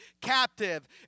captive